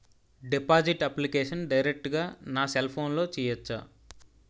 Deposit application direct గా నా cell ఫోన్లో చెయ్యచా?